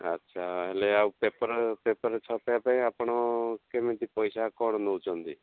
ଆଚ୍ଛା ହେଲେ ଆଉ ପେପର ପେପର ଛପେଇବା ପାଇଁ ଆପଣ କେମିତି ପଇସା କ'ଣ ନେଉଛନ୍ତି